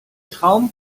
traum